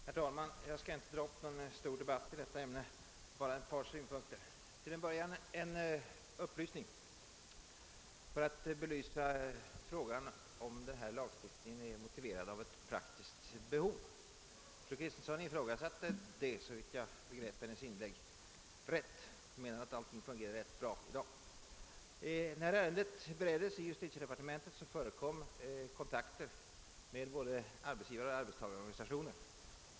Herr talman! Jag skall inte dra upp någon stor debatt i detta ämne, jag vill endast komma med ett par synpunkter. Till en början vill jag lämna en upplysning för att belysa frågan huruvida denna lagstiftning är motiverad av ett praktiskt behov. Fru Kristensson ifrågasatte detta, om jag uppfattade henne rätt, och menade att allting fungerar rätt bra i dag. När ärendet bereddes inom justitiedepartementet förekom kontakter med både arbetsgivareoch arbetstagareorganisationer.